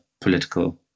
political